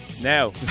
Now